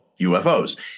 UFOs